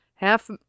Half